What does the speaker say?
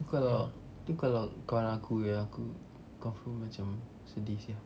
kalau itu kalau kawan aku yang aku confirm macam sedih sia